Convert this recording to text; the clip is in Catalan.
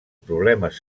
problemes